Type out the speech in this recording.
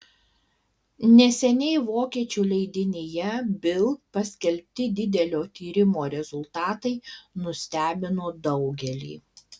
neseniai vokiečių leidinyje bild paskelbti didelio tyrimo rezultatai nustebino daugelį